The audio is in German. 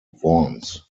worms